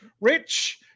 Rich